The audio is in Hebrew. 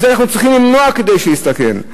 את זה אנחנו צריכים למנוע כדי שלא הסתכן.